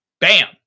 Bam